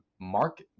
Mark